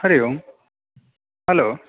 हरि ओं हलो